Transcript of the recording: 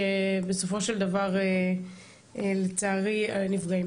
שבסופו של דבר לצערי נפגעים,